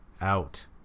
out